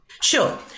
sure